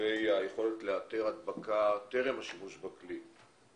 לגבי היכולת לאתר הדבקה טרם השימוש בכלי.